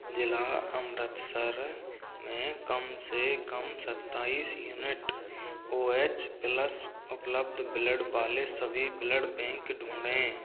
जिला अमृतसर में कम से कम सत्ताईस यूनिट ओ एच प्लस उपलब्ध ब्लड वाले सभी ब्लड बैंक ढूँढें